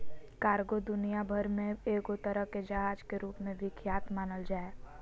cargo दुनिया भर मे एगो तरह के जहाज के रूप मे विख्यात मानल जा हय